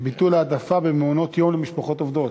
ביטול העדפה במעונות-יום למשפחות עובדות.